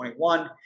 21